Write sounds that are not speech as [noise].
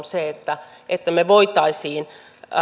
[unintelligible] se että että me voisimme